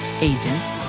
agents